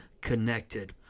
connected